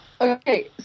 okay